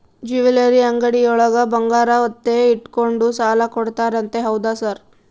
Jewellery ಅಂಗಡಿಯೊಳಗ ಬಂಗಾರ ಒತ್ತೆ ಇಟ್ಕೊಂಡು ಸಾಲ ಕೊಡ್ತಾರಂತೆ ಹೌದಾ ಸರ್?